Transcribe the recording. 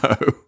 No